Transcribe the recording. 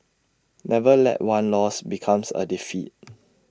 never let one loss become A defeat